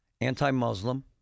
Anti-Muslim